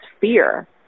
fear